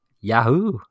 yahoo